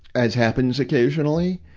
as happens occasionally,